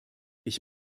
ich